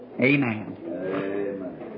amen